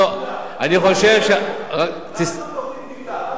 תעשו תוכנית מיתאר, אל תחברו אותם.